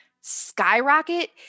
skyrocket